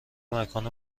مکان